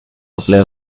player